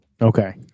Okay